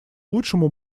лучшему